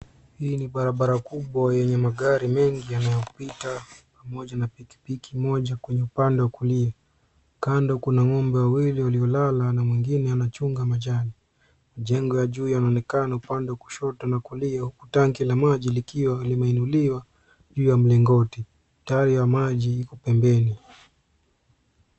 Hii ni barabara kubwa yenye magari mengi yanayopita pamoja na pikipiki moja kwenye upande wa kulia. Kando kuna ng'ombe wawili waliolala na mwingine anachunga majani. Majengo ya juu yanaonekano upando kushoto na kulia huku tanki la maji likiwa limeinuliwa juu ya mlingoti. Tara ya maji iko pembeni.